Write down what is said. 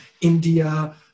India